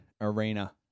arena